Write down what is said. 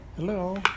Hello